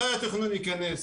מתי התכנון ייכנס?